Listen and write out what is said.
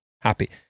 happy